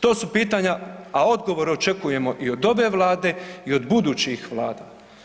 To su pitanja, a odgovor od očekujemo i od ove Vlade i od budućih vlada.